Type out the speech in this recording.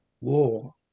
war